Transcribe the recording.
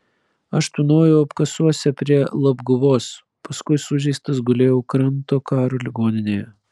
aš tūnojau apkasuose prie labguvos paskui sužeistas gulėjau kranto karo ligoninėje